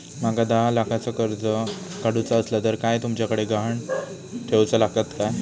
माका दहा लाखाचा कर्ज काढूचा असला तर काय तुमच्याकडे ग्हाण ठेवूचा लागात काय?